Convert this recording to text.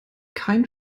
keine